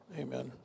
amen